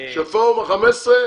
שפורום ה-15,